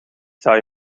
zou